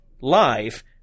live